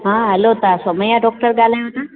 हा हैलो तव्हां सौमिया डॉक्टर ॻाल्हायो था